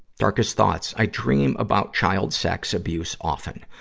darkest thoughts? i dream about child sex abuse often.